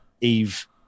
eve